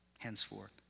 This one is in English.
henceforth